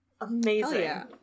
Amazing